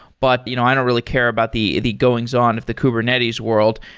but you know i don't really care about the the goings on of the kubernetes world.